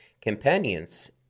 companions